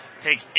take